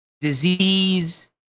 disease